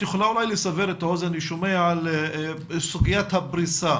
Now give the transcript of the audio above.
אני שומע על סוגיית הפריסה